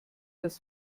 das